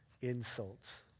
insults